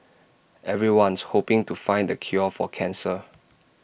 everyone's hoping to find the cure for cancer